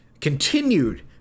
continued